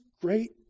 great